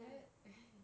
that